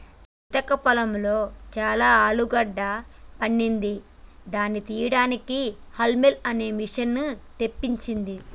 సీతక్క పొలంలో చానా ఆలుగడ్డ పండింది దాని తీపియడానికి హౌల్మ్ అనే మిషిన్ని తెప్పించింది